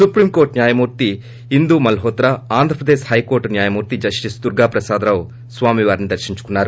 సుప్రీంకోర్లు న్యాయమూర్తి ఇందు మల్హోత్రా ఆంధ్రప్రదేశ్ హైకోర్లు న్యాయమూర్తి జస్టిస్ దుర్గా ప్రసాద్ రావు స్వామివారిని దర్శించుకున్నారు